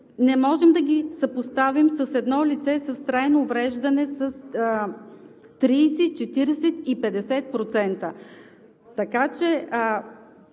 не можем да ги съпоставим с едно лице с трайно увреждане с 30, 40 и 50%.